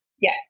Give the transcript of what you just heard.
Yes